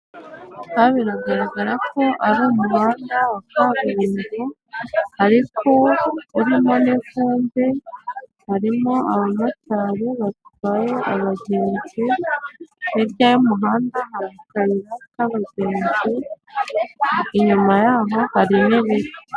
Aha biragaragara ko ari umuhanda wa kaburimbo ariko urimo n'ivumbi, harimo abamotari batwaye abagenzi, hirya y'umuhanda hari akayira k'abagenzi inyuma yaho hari n'ibiti.